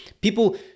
people